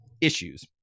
issues